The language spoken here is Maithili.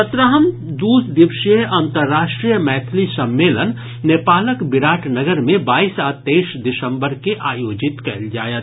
सत्रहम द् दिवसीय अंतर्राष्ट्रीय मैथिली सम्मेलन नेपालक विराट नगर मे बाईस आ तेईस दिसम्बर के आयोजित कयल जायत